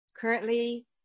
Currently